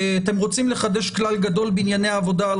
אתם רוצים לחדש כלל גדול בענייני עבודה על